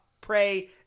pray